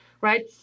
right